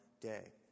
day